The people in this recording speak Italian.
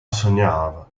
sognava